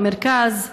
במרכז.